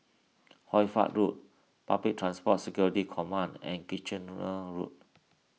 Hoy Fatt Road Public Transport Security Command and Kitchener Road